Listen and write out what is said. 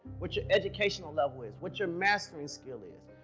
what your educational level is. what your mastering skill is.